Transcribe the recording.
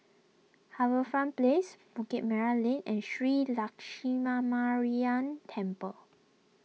HarbourFront Place Bukit Merah Lane and Shree Lakshminarayanan Temple